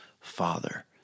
Father